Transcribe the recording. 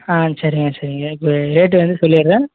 ஆ சரிங்க சரிங்க இப்ப ரேட்டு வந்து சொல்லிடறேன்